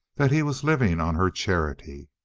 that he was living on her charity.